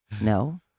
No